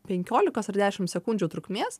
penkiolikos ar dešimt sekundžių trukmės